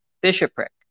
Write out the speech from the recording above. bishopric